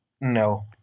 No